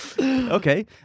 Okay